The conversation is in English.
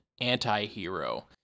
anti-hero